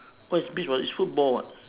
what it's beach but it's football [what]